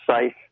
safe